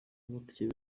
amatike